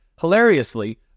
Hilariously